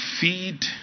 feed